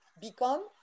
become